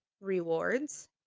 rewards